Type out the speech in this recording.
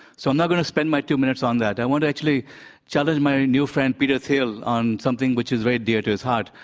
so i'm not going to spend my two minutes on that. i want to actually challenge my new friend, peter thiel, on something which is very dear to his heart,